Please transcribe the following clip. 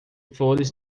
flores